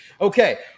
Okay